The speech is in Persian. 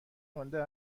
مانده